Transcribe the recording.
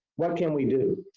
what can we do?